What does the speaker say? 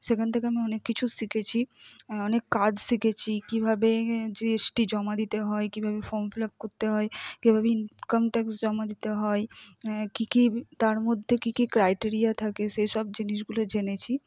সেখান থেকে আমি অনেক কিছু শিখেছি অনেক কাজ শিখেছি কীভাবে জিএসটি জমা দিতে হয় কীভাবে ফর্ম ফিলাপ করতে হয় কীভাবে ইনকাম ট্যাক্স জমা দিতে হয় কী কী তার মধ্যে কী কী ক্রাইটিরিয়া থাকে সেসব জিনিসগুলো জেনেছি